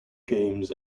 games